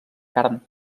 carn